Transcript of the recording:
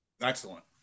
Excellent